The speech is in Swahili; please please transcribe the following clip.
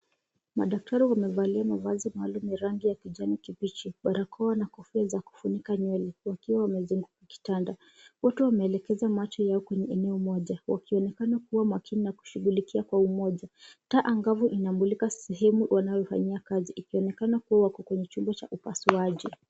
Madaktari wamevalia mavazi maalumu ya rangi ya kibichi, barakoa, na kofia za kufunika nywele, wakiwa wamezunguka kitanda. Wote wameelekeza macho yao kwenye eneo moja wakionekana kua makini na kushughulikia kwa umoja. Taa angavu inamulika sehemu wanayofanyia kazi, ikionekana kua wako kwenye chumba cha upasuaji.